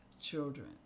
children